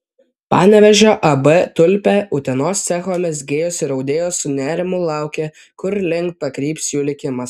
panevėžio ab tulpė utenos cecho mezgėjos ir audėjos su nerimu laukė kurlink pakryps jų likimas